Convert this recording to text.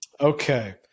Okay